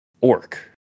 orc